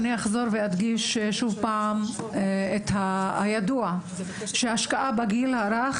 אני אחזור ואדגיש שוב פעם את הידוע שהשקעה בגיל הרך,